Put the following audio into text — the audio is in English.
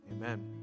Amen